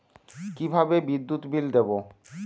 কিভাবে বিদ্যুৎ বিল দেবো?